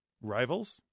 Rivals